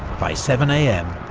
by seven am,